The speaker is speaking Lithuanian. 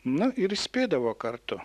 na ir spėdavo kartu